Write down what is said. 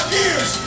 years